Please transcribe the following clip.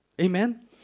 Amen